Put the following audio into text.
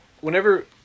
whenever